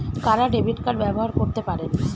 কারা debit card ব্যবহার করতে পারেন?